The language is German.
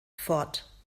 fort